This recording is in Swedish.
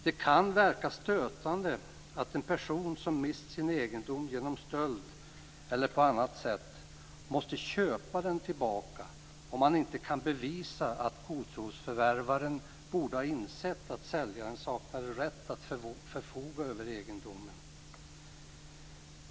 Det kan verka stötande att en person som mist sin egendom genom stöld eller på annat sätt måste köpa den tillbaka om han inte kan bevisa att godtrosförvärvaren borde ha insett att säljaren saknade rätt att förfoga över egendomen.